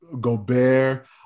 Gobert